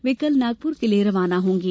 वे कल नागपुर के लिए रवाना होंगे